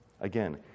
Again